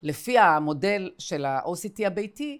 לפי המודל של ה-OCT הביתי